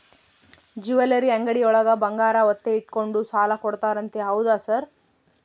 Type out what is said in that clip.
Jewellery ಅಂಗಡಿಯೊಳಗ ಬಂಗಾರ ಒತ್ತೆ ಇಟ್ಕೊಂಡು ಸಾಲ ಕೊಡ್ತಾರಂತೆ ಹೌದಾ ಸರ್?